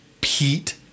Pete